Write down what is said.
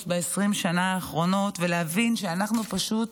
ב-20 השנה האחרונות ולהבין שאנחנו פשוט,